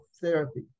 therapy